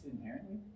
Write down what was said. Inherently